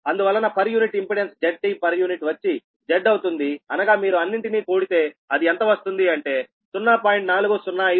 అందువలన per unit impedance ZT వచ్చి Z అవుతుంది అనగా మీరు అన్నింటిని కూడితే అది ఎంత వస్తుంది అంటే 0